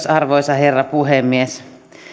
arvoisa herra puhemies